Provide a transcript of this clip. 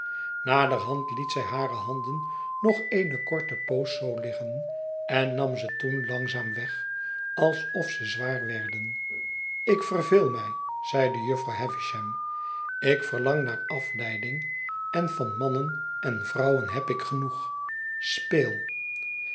naderhand liet zij hare handen nog eene korte poos zoo liggen en nam ze toen langzaam weg alsof ze zwaar werden ik verveel mij zeide jufvrouw havisham ik verlang naar afleiding en van mannen en vrouwen heb ik genoeg speel